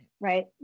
right